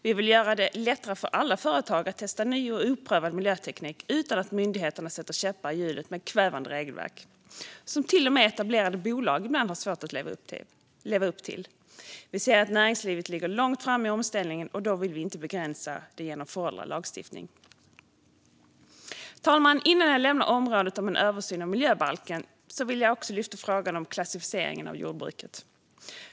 Vi vill göra det lättare för alla företag att testa ny och oprövad miljöteknik utan att myndigheterna sätter käppar i hjulet med ett kvävande regelverk som till och med etablerade bolag ibland har svårt att leva upp till. Vi ser att näringslivet ligger långt framme i omställningen, och vi vill inte begränsa detta genom föråldrad lagstiftning. Fru talman! Innan jag lämnar detta område - en översyn av miljöbalken - vill jag ta upp frågan om klassificeringen av jordbruket.